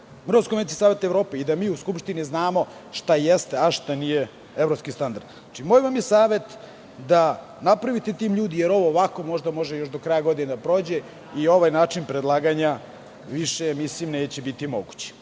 kroz konvencije Saveta Evrope i da mi u Skupštini znamo šta jeste, a šta nije evropski standard? Moj vam je savet da napravite tim ljudi, jer ovo ovako možda može do kraja godine da prođe i ovaj način predlaganja više neće biti moguć. Još